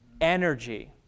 energy